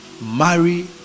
Marry